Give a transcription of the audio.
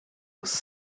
was